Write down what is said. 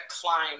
climb